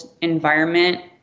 environment